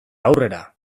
aurrera